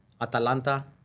Atalanta